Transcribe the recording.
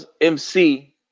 MC